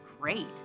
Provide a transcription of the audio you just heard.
great